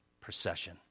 procession